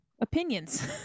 opinions